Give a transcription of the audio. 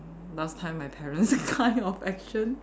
last time my parents kind of action